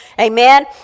amen